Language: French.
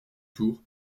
tour